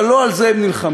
אבל לא על זה הם נלחמים.